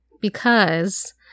Because-